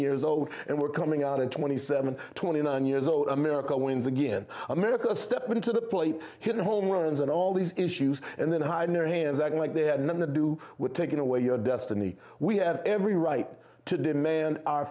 years old and we're coming out in twenty seven twenty nine years old america wins again america stepped to the plate hitting home runs on all these issues and then hiding their hands acting like they had nothing to do with taking away your destiny we have every right to demand our